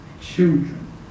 children